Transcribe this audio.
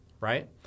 right